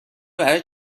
برای